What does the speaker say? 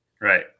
Right